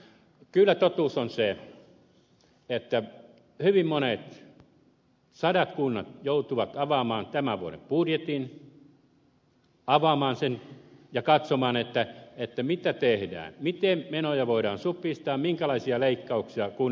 kyllä totuus on se että hyvin monet kunnat sadat kunnat joutuvat avaamaan tämän vuoden budjetin avaamaan sen ja katsomaan mitä tehdään miten menoja voidaan supistaa minkälaisia leikkauksia kunnissa tehdään